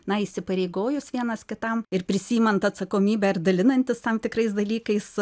na įsipareigojus vienas kitam ir prisiimant atsakomybę ir dalinantis tam tikrais dalykais